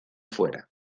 fuera